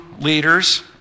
leaders